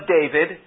David